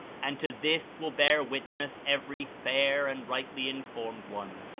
and to this will bear witness every fair and rightly informed one.